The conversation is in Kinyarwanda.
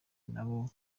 n’abo